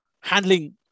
handling